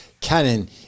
Canon